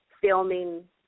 filming